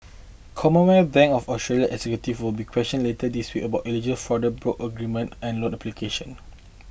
Commonwealth Bank of Australia executive will be questioned later this week about alleged fraud broke arrangements and loan application